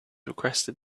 requested